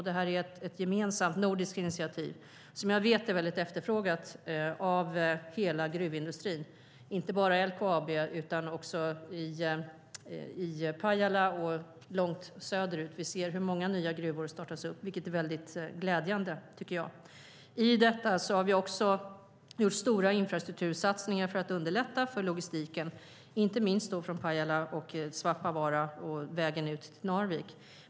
Det är ett gemensamt nordiskt initiativ som jag vet är mycket efterfrågat av hela gruvindustrin, inte bara LKAB utan också i Pajala och långt söderut. Vi ser hur många nya gruvor startas, vilket är mycket glädjande. I detta har vi gjort stora infrastruktursatsningar för att underlätta för logistiken, inte minst från Pajala och Svappavaara och för vägen ut till Narvik.